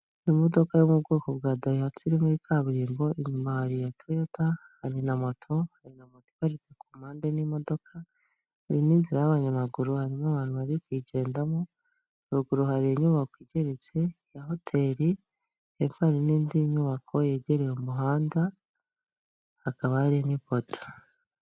Imodoka yo mu bwoko bwa Dayihatsu iri muri kaburimbo, inyuma hari iya Toyota, hari na moto, hari na mota iparitse ku mpande n'imodoka, hari n'inzira y'abanyamaguru harimo abantu bari kuyigendamo, ruguru hari inyubako igeretse ya hoteli, hepfo hari n'indi nyubako yegereye umuhanda, hakaba hari n'ipota.